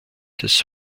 des